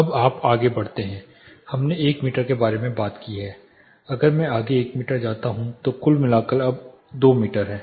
अब आप आगे बढ़ते हैं हमने 1 मीटर के बारे में बात की है अगर मैं आगे 1 मीटर जाता हूँ तो कुल मिलाकर अब 2 मीटर है